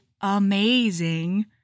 amazing